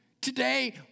Today